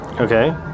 Okay